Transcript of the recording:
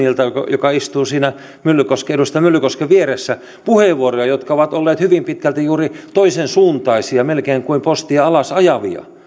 joka istuu siinä edustaja myllykosken vieressä puheenvuoroja jotka ovat olleet hyvin pitkälti juuri toisen suuntaisia melkein kuin postia alas ajavia